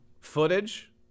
footage